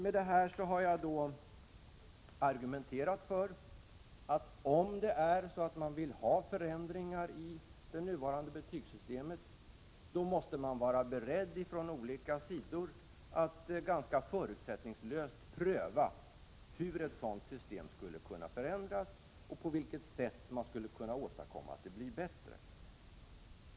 Med detta har jag argumenterat för att om man vill ha förändringar i det nuvarande betygssystemet, måste man vara beredd från olika sidor att ganska förutsättningslöst pröva hur ett sådant system skulle kunna förändras och på vilket sätt man skulle kunna åstadkomma att det blir bättre.